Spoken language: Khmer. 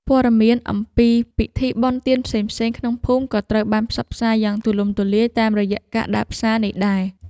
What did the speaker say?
ព័ត៌មានអំពីពិធីបុណ្យទានផ្សេងៗក្នុងភូមិក៏ត្រូវបានផ្សព្វផ្សាយយ៉ាងទូលំទូលាយតាមរយៈការដើរផ្សារនេះដែរ។